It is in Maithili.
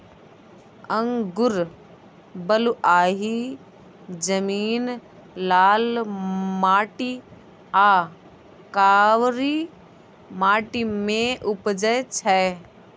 अंगुर बलुआही जमीन, लाल माटि आ कारी माटि मे उपजै छै